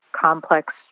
complex